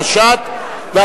התש"ט 1949,